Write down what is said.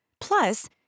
Plus